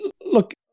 look